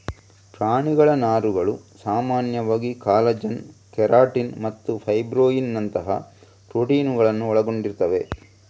ಪ್ರಾಣಿಗಳ ನಾರುಗಳು ಸಾಮಾನ್ಯವಾಗಿ ಕಾಲಜನ್, ಕೆರಾಟಿನ್ ಮತ್ತು ಫೈಬ್ರೋಯಿನ್ ನಂತಹ ಪ್ರೋಟೀನುಗಳನ್ನ ಒಳಗೊಂಡಿರ್ತವೆ